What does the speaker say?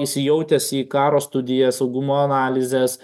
įsijautęs į karo studijas saugumo analizes